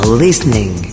listening